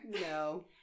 No